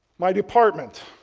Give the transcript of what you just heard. my department,